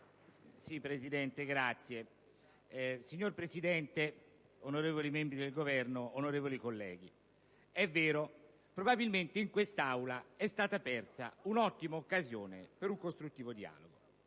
*(PdL)*. Signor Presidente, onorevoli membri del Governo, onorevoli colleghi, è vero: probabilmente in quest'Aula è stata persa un'ottima occasione per un dialogo